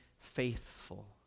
faithful